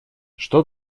что